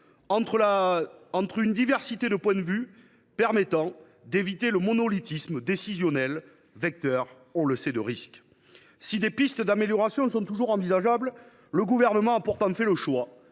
entre une diversité de points de vue, ce qui a permis d’éviter le monolithisme décisionnel, vecteur de risques. Si des pistes d’amélioration sont toujours envisageables, le Gouvernement a fait le choix